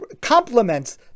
complements